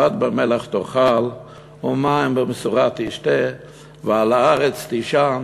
פת במלח תאכל ומים במשורה תשתה ועל הארץ תישן",